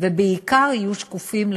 ובעיקר יהיו שקופים לציבור,